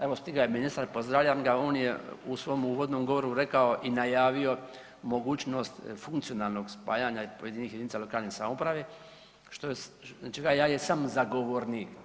Evo stigao je ministar, pozdravljam ga, on je u svom uvodnom govoru rekao i najavio mogućnost funkcionalnog spajanja pojedinih jedinica lokalne samouprave čega ja jesam zagovornik.